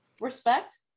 Respect